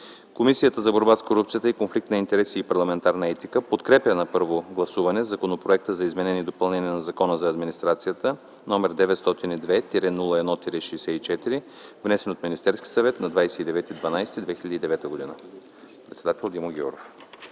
Комисията за борба с корупцията, конфликт на интереси и парламентарна етика подкрепя на първо гласуване Законопроект за изменение и допълнение на Закона за администрацията № 902-01-64, внесен от Министерския съвет на 29 декември